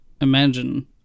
imagine